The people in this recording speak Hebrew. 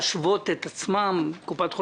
בקופות האחרות זה קיים כל הזמן.